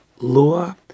law